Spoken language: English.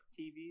TVs